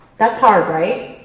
that's hard, right?